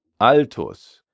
Altus